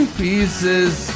pieces